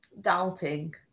doubting